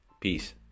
peace